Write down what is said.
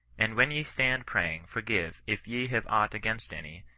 and when ye stand praying, forgive, if ye have aught against any,